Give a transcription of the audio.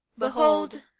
behold,